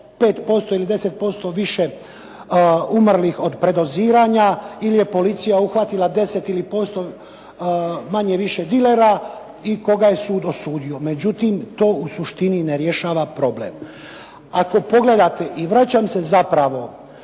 5% ili 10% više umrlih od predoziranja ili je policija uhvatila 10% manje više dilera i koga je sud osudio. Međutim, to u suštini ne rješava problem. Ako pogledate i vraćam se zapravo